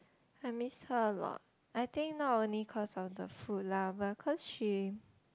I miss her a lot I think not only cause of the food lah but cause she